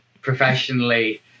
professionally